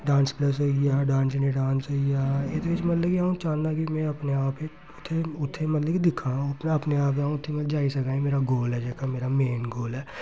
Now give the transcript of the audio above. dance plus होई गेआ dance India dance होई गेआ एह्दे बिच्च मतलब कि अ'ऊं चाह्ननां कि में अपने आप गी उत्थें उत्थें मतलब कि दिक्खां अपने आप गी अ'ऊं उत्थें में जाई सकां एह् मेरा गोल ऐ जेह्का मेन गोल ऐ